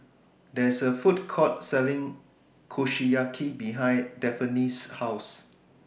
There IS A Food Court Selling Kushiyaki behind Daphne's House